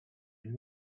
and